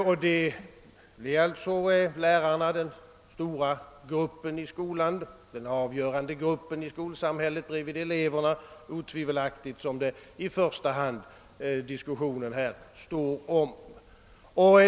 Nej, det är om lärarna, den stora och avgörande gruppen i skolsamhället vid sidan om eleverna, som diskussionen här står.